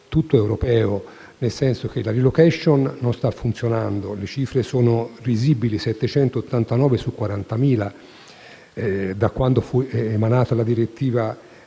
tutto europeo, nel senso che la *relocation* non sta funzionando, le cifre sono risibili (789 su 40.000, da quando fu emanata la direttiva europea),